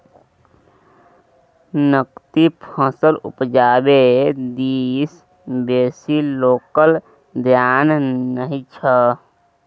नकदी फसल उपजाबै दिस बेसी लोकक धेआन नहि छै